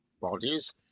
bodies